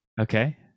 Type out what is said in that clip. okay